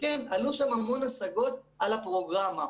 עלו שם המון השגות על הפרוגרמה,